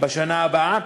בשנה הבאה.